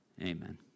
amen